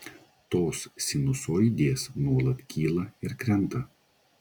tos sinusoidės nuolat kyla ir krenta